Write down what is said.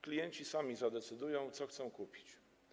Klienci sami zadecydują, co zechcą kupić.